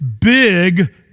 big